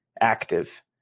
active